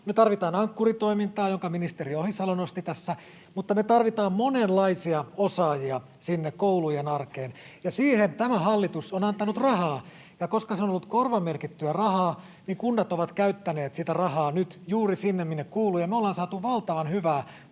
tarvitaan Ankkuri-toimintaa, jonka ministeri Ohisalo nosti tässä, ja me tarvitaan monenlaisia osaajia sinne koulujen arkeen. Siihen tämä hallitus on antanut rahaa, ja koska se on ollut korvamerkittyä rahaa, niin kunnat ovat käyttäneet sitä rahaa nyt juuri sinne, minne kuuluu, ja me ollaan saatu valtavan hyvää